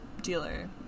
dealer